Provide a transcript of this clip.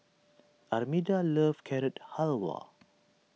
Armida loves Carrot Halwa